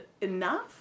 enough